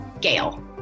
Gail